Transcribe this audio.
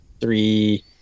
three